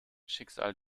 schicksal